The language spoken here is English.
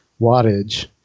wattage